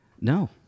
no